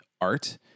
art